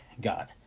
God